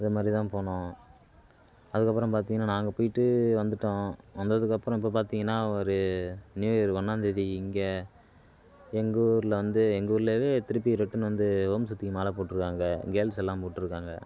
இதை மாரி தான் போனோம் அதுக்கப்புறம் பார்த்தீங்கன்னா நாங்கள் போயிட்டு வந்துட்டோம் வந்ததுக்கப்புறம் இப்போ பார்த்தீங்கன்னா ஒரு நியூ இயர் ஒன்றாந்தேதி இங்கே எங்கள் ஊரில் வந்து எங்கள் ஊர்லேவே திருப்பி ரிட்டன் வந்து ஓம் சக்திக்கு மாலை போட்டுயிருக்காங்க கேர்ள்ஸ் எல்லாம் போட்டுயிருக்காங்க